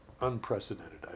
unprecedented